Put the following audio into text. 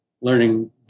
learning